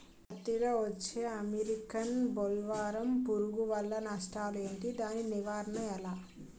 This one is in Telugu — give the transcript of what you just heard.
పత్తి లో వచ్చే అమెరికన్ బోల్వర్మ్ పురుగు వల్ల నష్టాలు ఏంటి? దాని నివారణ ఎలా?